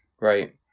Right